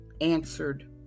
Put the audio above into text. answered